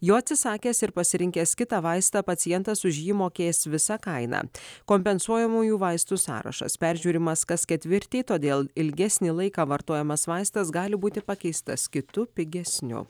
jo atsisakęs ir pasirinkęs kitą vaistą pacientas už jį mokės visą kainą kompensuojamųjų vaistų sąrašas peržiūrimas kas ketvirtį todėl ilgesnį laiką vartojamas vaistas gali būti pakeistas kitu pigesniu